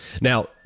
Now